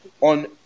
on